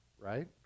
right